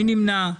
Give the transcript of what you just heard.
מי נמנע?